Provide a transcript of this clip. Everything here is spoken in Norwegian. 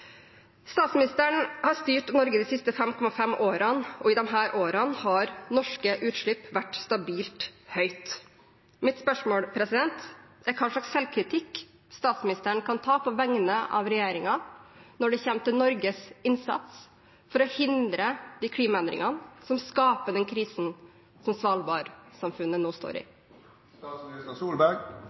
Statsministeren har styrt Norge de siste fem og et halvt årene, og i disse årene har norske utslipp vært stabilt høyt. Mitt spørsmål er: Hva slags selvkritikk kan statsministeren ta på vegne av regjeringen når det kommer til Norges innsats for å hindre de klimaendringene som skaper den krisen som Svalbard-samfunnet nå står